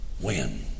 win